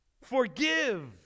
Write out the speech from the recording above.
Forgive